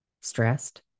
stressed